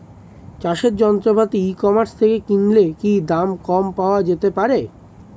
চাষের যন্ত্রপাতি e commerce থেকে কিনলে কি দাম কম পাওয়া যেতে পারে?